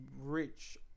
Rich